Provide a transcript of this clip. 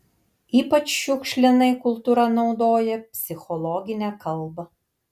ypač šiukšlinai kultūra naudoja psichologinę kalbą